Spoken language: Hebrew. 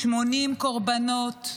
80 קורבנות,